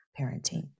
parenting